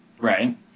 Right